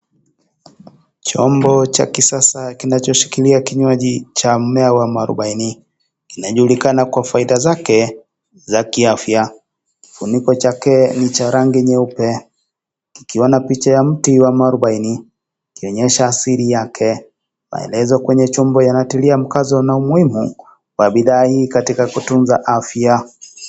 Chombo cha kisasa kinachoshikilia kinywaji cha mmea wa mwarubaini, kinajulikana kwa faida zake za kiafya .Kifuniko chake ni cha rangi nyeupe, kikiwa na picha ya mwarubaini ikionyesha asili yake maelezo kwenye chombo yanatilia mkazo na umuhimu wa bidhaa hii kwa kutunza afya.